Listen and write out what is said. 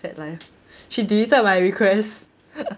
sad life she deleted my requests